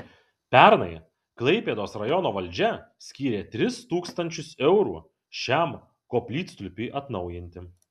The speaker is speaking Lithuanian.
pernai klaipėdos rajono valdžia skyrė tris tūkstančius eurų šiam koplytstulpiui atnaujinti